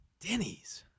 Denny's